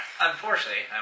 Unfortunately